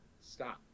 stop